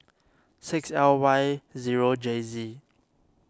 six L Y zero J Z